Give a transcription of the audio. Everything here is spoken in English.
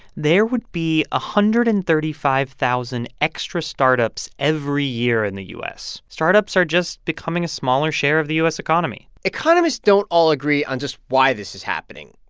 there would be one ah hundred and thirty five thousand extra startups every year in the u s. startups are just becoming a smaller share of the u s. economy economists don't all agree on just why this is happening.